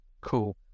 Cool